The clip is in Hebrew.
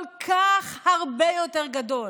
כל כך הרבה יותר גדול.